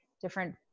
different